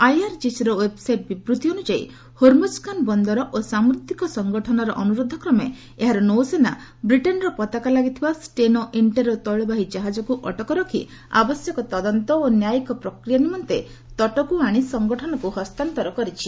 ଆଇଆର୍ଜିସିର website ବିବୃତ୍ତି ଅନୁଯାୟୀ Hormozgan ବନ୍ଦର ଓ ସାମୁଦ୍ରିକ ସଂଗଠନର ଅନୁରୋଧ କ୍ରମେ ଏହାର ନୌସେନା ବ୍ରିଟେନ୍ର ପତାକା ଲାଗିଥିବା ଷ୍ଟେନା ଇଷ୍ଟେରୋ ତେିଳବାହୀ ଜାହାଜକୁ ଅଟକ ରଖି ଆବଶ୍ୟକ ତଦନ୍ତ ଓ ନ୍ୟାୟିକ୍ ପ୍ରକ୍ରିୟା ନିମନ୍ତେ ତଟକୁ ଆଣି ସଂଗଠନକୁ ହସ୍ତାନ୍ତର କରାଯାଇଛି